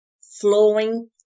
flowing